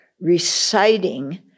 reciting